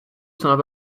sainte